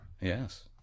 Yes